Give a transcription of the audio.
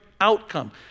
outcome